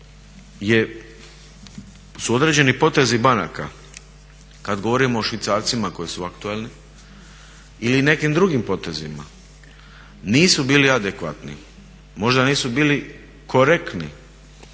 su određeni potezi banaka kada govorimo o švicarcima koji su aktualni ili nekim drugim potezima nisu bili adekvatni, možda nisu bili korektni